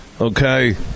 Okay